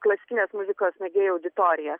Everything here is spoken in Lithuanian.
klasikinės muzikos mėgėjų auditoriją